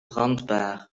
brandbaar